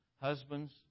husbands